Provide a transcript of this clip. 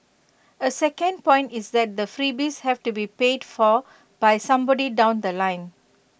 A second point is that the freebies have to be paid for by somebody down The Line